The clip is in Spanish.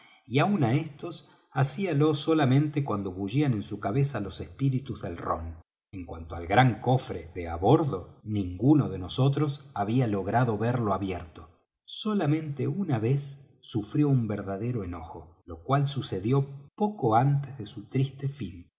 y aun á éstos hacíalo solamente cuando bullían en su cabeza los espíritus del rom en cuanto al gran cofre de á bordo ninguno de nosotros había logrado verlo abierto solamente una vez sufrió un verdadero enojo lo cual sucedió poco antes de su triste fin